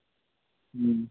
ꯎꯝ